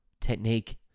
Technique